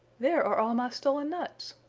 there are all my stolen nuts!